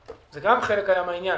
זה גם חלק מן העניין.